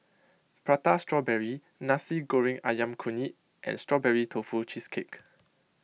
Prata Strawberry Nasi Goreng Ayam Kunyit and Strawberry Tofu Cheesecake